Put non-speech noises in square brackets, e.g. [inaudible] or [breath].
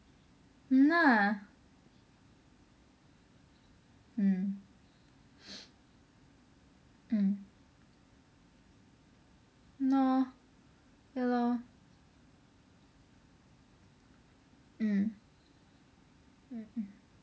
hanar mm [breath] mm ya lor ya lor mm